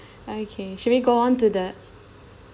okay should we go on to the